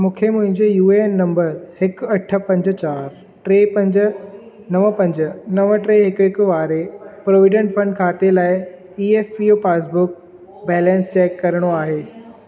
मूंखे मुंहिंजे U A N number हिकु अठ पंज चार टे पंज नव पंज नव टे हिकु हिकु वारे प्रोविडन्ट फंड खाते लाइ E F P O passbook balance check करिणो आहे